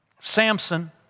Samson